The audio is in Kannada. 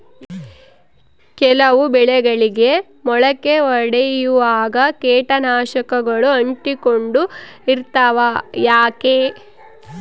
ಕೆಲವು ಬೆಳೆಗಳಿಗೆ ಮೊಳಕೆ ಒಡಿಯುವಾಗ ಕೇಟನಾಶಕಗಳು ಅಂಟಿಕೊಂಡು ಇರ್ತವ ಯಾಕೆ?